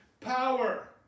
power